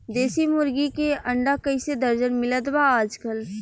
देशी मुर्गी के अंडा कइसे दर्जन मिलत बा आज कल?